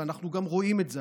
ואנחנו גם רואים את זה,